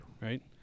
right